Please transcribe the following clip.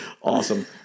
Awesome